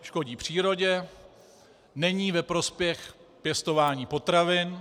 Škodí přírodě, není ve prospěch pěstování potravin.